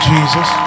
Jesus